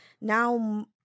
Now